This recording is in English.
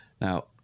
Now